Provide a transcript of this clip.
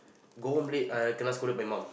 go home late uh kenna scolded by mom